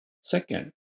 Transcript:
Second